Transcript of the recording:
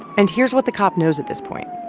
and here's what the cop knows at this point.